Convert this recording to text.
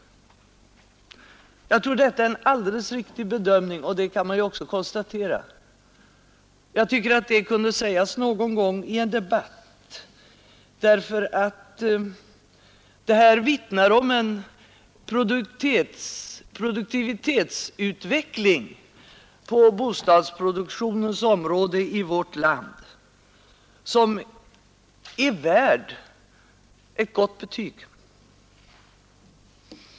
Jag tror att det är en alldeles riktig bedömning, och jag tycker att detta borde sägas någon gång i debatten, därför att det vittnar om en produktivitetsutveckling på bostadsproduktionens område i vårt land som är värd ett gott betyg.